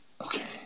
Okay